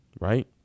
right